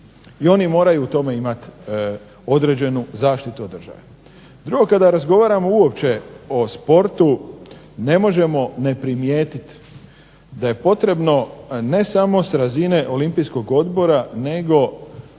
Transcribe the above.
i oni moraju u tome imati određenu zaštitu od države. Drugo kada razgovaramo uopće o sportu ne možemo ne primijetiti da je potrebno ne samo s razine olimpijskog odbora, nego